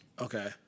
Okay